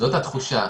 זו התחושה.